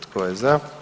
Tko je za?